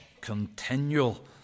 continual